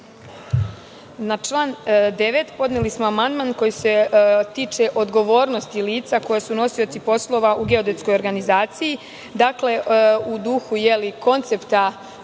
Na član 9. podneli smo amandman koji se tiče odgovornosti lica koja su nosioci poslova u geodetskoj organizaciji. Dakle, u duhu koncepta